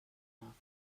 off